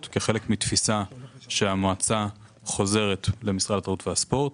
כחלק מתפיסה שהמועצה חוזרת למשרד התרבות והספורט.